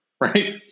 right